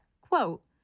quote